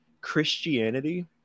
Christianity